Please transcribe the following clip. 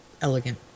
elegant